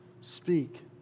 speak